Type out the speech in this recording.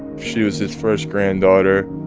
she was his first granddaughter.